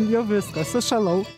jau viskas sušalau